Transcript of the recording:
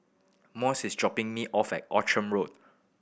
Moises is dropping me off at Outram Road